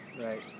Right